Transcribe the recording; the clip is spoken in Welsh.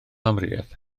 amrywiaeth